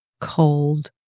cold